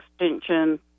extension